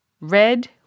red